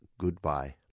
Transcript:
goodbye